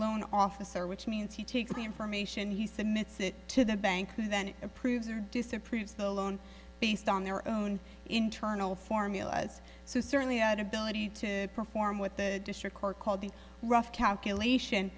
loan officer which means he takes the information he said mitts it to the bank who then approves or disapproves the loan based on their own internal formulas so certainly out ability to perform what the district court called the rough calculation